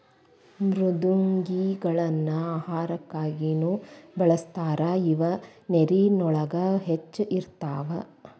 ಮೃದ್ವಂಗಿಗಳನ್ನ ಆಹಾರಕ್ಕಾಗಿನು ಬಳಸ್ತಾರ ಇವ ನೇರಿನೊಳಗ ಹೆಚ್ಚ ಇರತಾವ